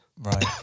right